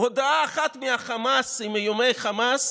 הודעה אחת מהחמאס עם איומי חמאס